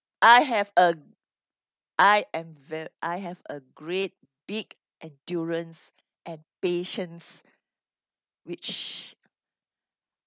I have a I am ve~ I have a great big endurance and patience which